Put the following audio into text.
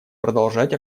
продолжать